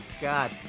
god